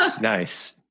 Nice